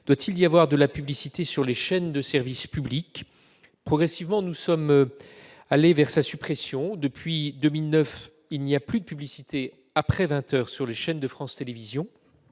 Doit-il y avoir de la publicité sur les chaînes du service public ? Progressivement, nous sommes allés vers sa suppression. Depuis 2009, il n'y a plus de publicité après vingt heures sur les chaînes de France Télévisions.